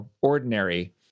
ordinary